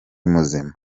muzima